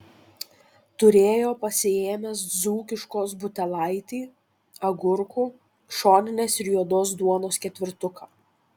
turėjo pasiėmęs dzūkiškos butelaitį agurkų šoninės ir juodos duonos ketvirtuką